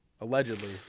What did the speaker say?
Allegedly